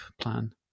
plan